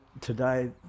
today